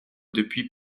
depuis